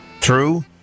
true